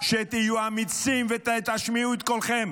שתהיו אמיצים ותשמיעו את קולכם.